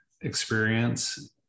experience